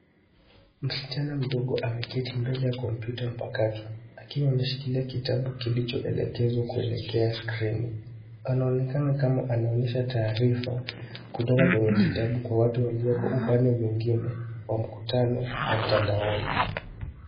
Msichana mdogo ameketi mbele ya kompyuta mpakato akiwa ameshikilia kitabu kilichoshikwa kuelekea skrini. Anaonekana kama anaonyesha taarifa kutoka kwenye kitabu kwa watu walioko upande mwingine wa mkutano wa mtandaoni.